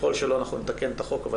אבל אם לא אנחנו נבצע תיקון חקיקה,